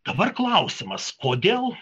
dabar klausimas kodėl